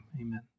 Amen